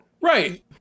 Right